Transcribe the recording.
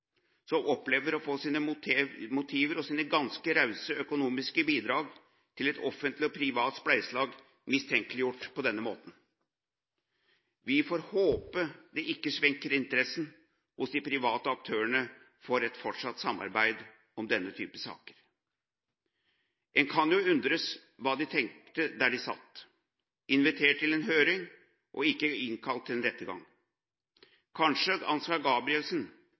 som opplever å få sine motiver og sine ganske rause økonomiske bidrag til et offentlig og privat spleiselag mistenkeliggjort på denne måten. Vi får håpe det ikke svekker interessen hos de private aktørene for et fortsatt samarbeid om denne type saker. En kan jo undres hva de tenkte der de satt, invitert til en høring – ikke innkalt til en rettergang. Kanskje Ansgar Gabrielsen